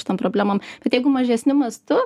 šitom problemom bet jeigu mažesniu mastu